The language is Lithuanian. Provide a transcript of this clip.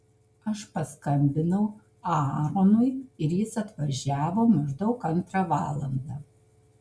aš paskambinau aaronui ir jis atvažiavo maždaug antrą valandą